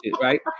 right